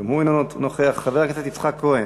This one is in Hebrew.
גם הוא אינו נוכח, חבר הכנסת יצחק כהן,